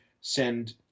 send